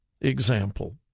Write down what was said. example